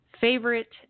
favorite